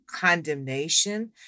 condemnation